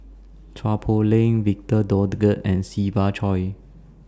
Chua Poh Leng Victor Doggett and Siva Choy